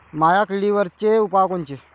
मावा किडीवरचे उपाव कोनचे?